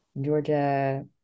Georgia